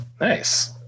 nice